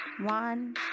One